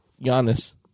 Giannis